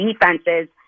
defenses